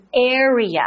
area